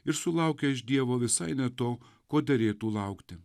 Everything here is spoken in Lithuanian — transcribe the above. ir sulaukia iš dievo visai ne to ko derėtų laukti